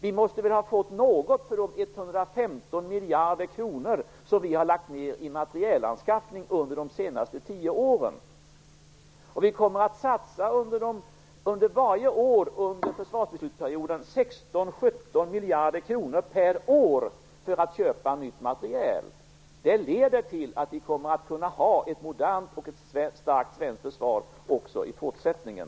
Vi måste ju ha fått något för de 115 miljarder kronor som vi har lagt ned i materielanskaffning under de senaste tio åren. Under försvarsbeslutsperioden kommer vi att satsa 16-17 miljarder kronor per år för att köpa nytt materiel. Det leder till att vi kommer att kunna ha ett modernt och starkt svenskt försvar även i fortsättningen.